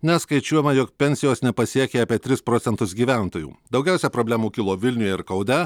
nes skaičiuojama jog pensijos nepasiekė apie tris procentus gyventojų daugiausia problemų kilo vilniuje ir kaune